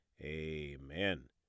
amen